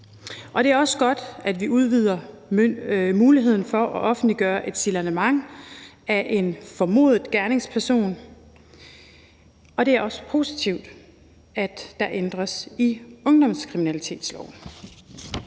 Det er også godt, at vi udvider muligheden for at offentliggøre et signalement af en formodet gerningsperson, og det er også positivt, at der ændres i ungdomskriminalitetsloven.